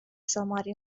شماری